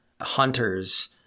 hunters